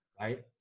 Right